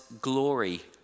glory